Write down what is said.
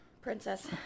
Princess